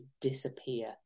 disappear